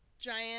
giant